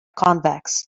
convex